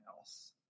else